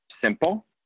simple